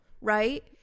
right